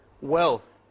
wealth